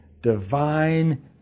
divine